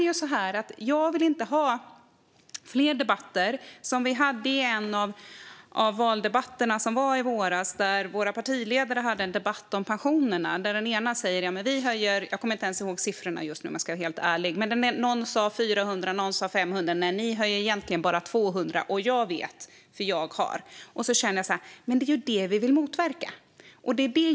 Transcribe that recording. Jag vill inte ha fler debatter liknande en valdebatt som var i våras där våra partiledare hade en debatt om pensionerna. Jag kommer inte ens ihåg siffrorna, om jag ska vara helt ärlig. Men någon sa 400 kronor, någon sa 500 kronor. Någon sa: Ni höjer egentligen bara 200 kronor, och jag vet och så vidare. Men det är detta som vi vill motverka.